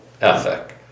ethic